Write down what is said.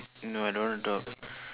no I don't want to talk